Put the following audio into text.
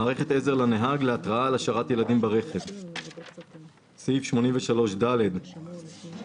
"מערכת עזר לנהג להתרעה על השארת ילדים ברכב 83ד. (א)